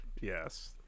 Yes